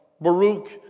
Baruch